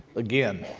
again,